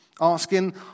asking